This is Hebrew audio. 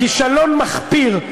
כישלון מחפיר,